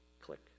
click